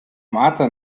martha